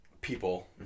people